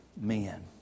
men